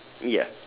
ya